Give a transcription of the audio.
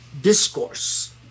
discourse